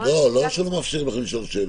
-- לא שלא מאפשרים לכם לשאול שאלות.